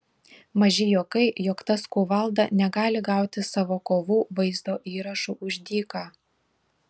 maži juokai jog tas kuvalda negali gauti savo kovų vaizdo įrašų už dyką